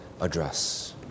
address